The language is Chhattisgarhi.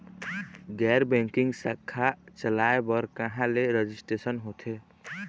गैर बैंकिंग शाखा चलाए बर कहां ले रजिस्ट्रेशन होथे?